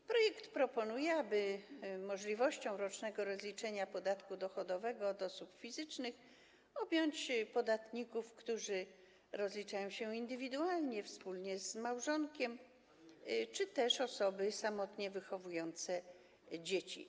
W projekcie proponuje się, aby możliwością rocznego rozliczenia podatku dochodowego od osób fizycznych objąć podatników, którzy rozliczają się indywidualnie, wspólnie z małżonkiem, czy też osoby samotnie wychowujące dzieci.